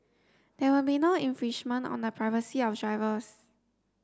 there will be no infringement on the privacy of drivers